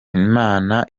imana